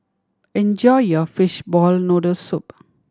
enjoy your fishball noodle soup